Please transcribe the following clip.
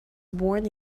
born